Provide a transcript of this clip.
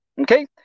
okay